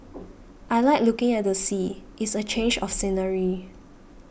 I like looking at the sea it's a change of scenery